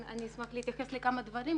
כן, אני אשמח להתייחס לכמה דברים.